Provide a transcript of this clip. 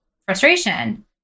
frustration